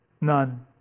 none